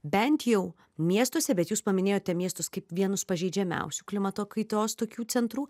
bent jau miestuose bet jūs paminėjote miestus kaip vienus pažeidžiamiausių klimato kaitos tokių centrų